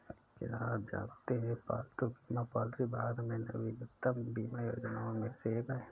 क्या आप जानते है पालतू बीमा पॉलिसी भारत में नवीनतम बीमा योजनाओं में से एक है?